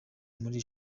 muri